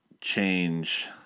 Change